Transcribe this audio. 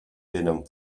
tenen